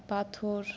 পাথর